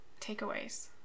takeaways